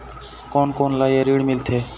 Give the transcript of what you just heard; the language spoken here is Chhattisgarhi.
कोन कोन ला ये ऋण मिलथे?